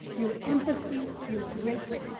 your empathy, your grit,